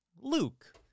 Luke